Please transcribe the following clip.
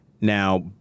now